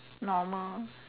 normal